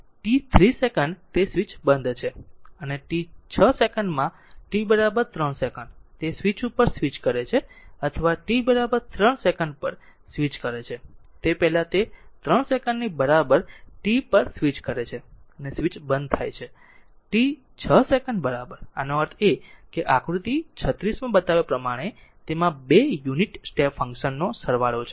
એક t 3 second તે switch બંધ છે અને t 6 સેકન્ડમાં t 3 સેકંડ તે સ્વીચ પર સ્વિચ કરે છે અથવા t 3 સેકન્ડ પર સ્વિચ કરે છે તે પહેલાં તે 3 સેકંડની બરાબર t પર સ્વિચ કરે છે અને સ્વીચ બંધ થાય છે t 6 સેકંડ બરાબર આનો અર્થ એ કે તે આકૃતિ 36 માં બતાવ્યા પ્રમાણે તેમાં 2 યુનિટ સ્ટેપ ફંક્શન નો સરવાળો છે